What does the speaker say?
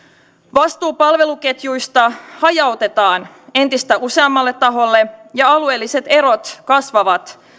vastuu palveluketjuista hajautetaan entistä useammalle taholle ja alueelliset erot kasvavat